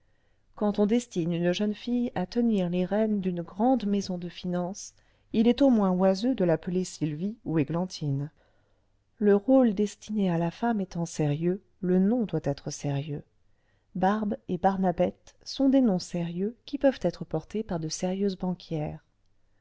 quand on destine une jeune fille à tenir les rênes d'une grande maison de finance il est au moins oiseux de l'appeler sylvie ou eglantine le rôle destiné à la femme étant sérieux le nom doit être sérieux barbe et barnabette sont des noms sérieux qui peuvent être portés par de sérieuses banquières